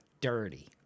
dirty